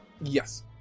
yes